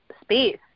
space